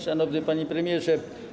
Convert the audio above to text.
Szanowny Panie Premierze!